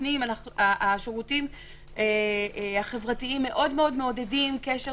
השירותים החברתיים מאוד-מאוד מעודדים קשר